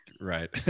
Right